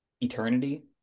eternity